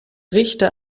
richter